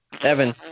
Evan